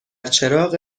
چراغ